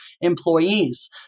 employees